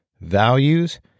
values